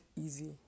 easy